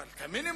אבל את המינימום.